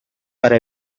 para